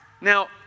Now